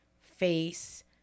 face